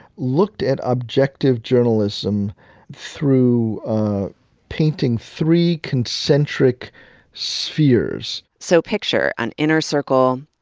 looked at objective journalism through painting three concentric spheres. so picture an inner circle,